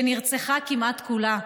שנרצחה כמעט כולה.